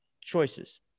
choices